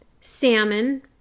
salmon